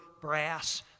brass